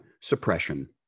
suppression